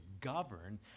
govern